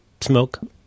smoke